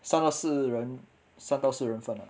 三到四人三到四人份啦